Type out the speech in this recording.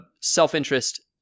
self-interest